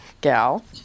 gal